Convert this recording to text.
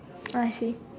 I see